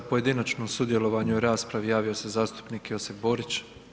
Za pojedinačno sudjelovanje u raspravi javio se zastupnik Josip Borić.